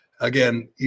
again